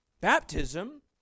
baptism